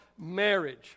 marriage